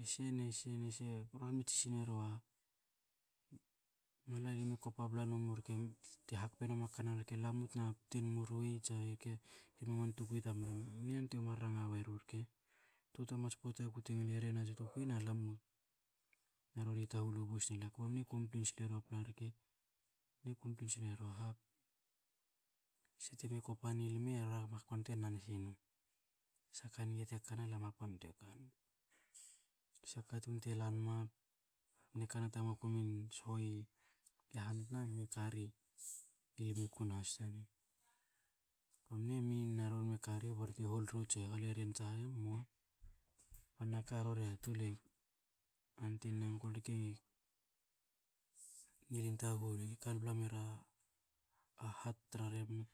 E se ne se ne se ranga tsi se rua, mahla limue kopa bla nomu rke te hakpe noma kan nan rke, lamu tna ptenmu ruei tsa ir ke kwi ma man tukwi tamlimu. Mne yantuei man ranga weru rke. Tutoa mats pota ku te ngil e ren ats tukwi na lam u, na rori i tahul u boys ki la kba mne complain sil era pla rke. Mne complain sil erua ha. Se teme kopa ni lme hakpantoa nan sinum. Sha ka nge te kana lam hakpan toa kanum. Se katun te lanma mne kamna ta makum in sho i han tna, lme kari i lme kunahas tanen. Kba mne min na rori me kari ba ror te holru tsa holeren, emua. Pan na ka rorie a tol, anti ne uncle rke ngilin taghu ri, ka bla mera a hat tra rebna.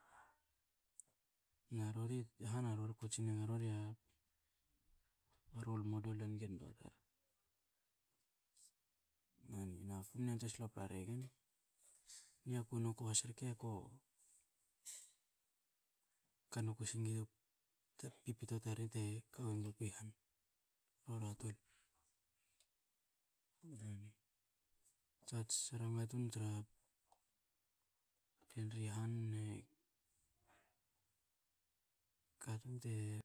Na rori, i han a rori, a ko tsi nenga rori ku tsin enga rori a role model hange toa tar. Noni na ku mne yantuen slopla regen. Niaku noku has rke ko ka noku singi bte pipito taren te ka wo nguku i han. Rora tol, noni. A tsi ranga tun tra len ri han ne katun te